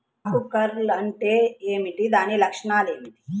ఆకు కర్ల్ అంటే ఏమిటి? దాని లక్షణాలు ఏమిటి?